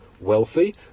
wealthy